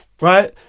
right